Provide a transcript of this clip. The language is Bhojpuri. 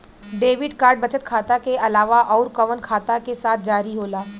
डेबिट कार्ड बचत खाता के अलावा अउरकवन खाता के साथ जारी होला?